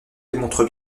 démontre